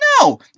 No